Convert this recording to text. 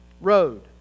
road